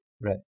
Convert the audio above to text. Right